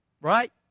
Right